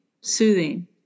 soothing